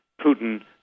Putin